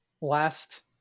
last